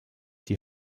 die